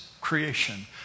creation